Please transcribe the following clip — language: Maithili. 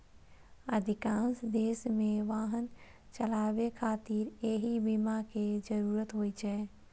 अधिकांश देश मे वाहन चलाबै खातिर एहि बीमा के जरूरत होइ छै